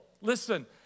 Listen